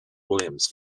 williams